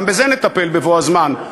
גם בזה נטפל בבוא הזמן.